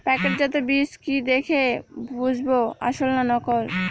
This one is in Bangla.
প্যাকেটজাত বীজ কি দেখে বুঝব আসল না নকল?